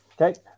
okay